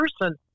person